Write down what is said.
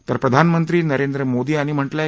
तर प्रधानमंत्री नरेंद्र मोदी यांनी म्हटलं आहे